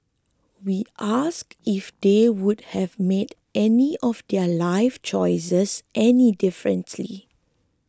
we asked if they would have made any of their life choices any differently